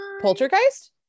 poltergeist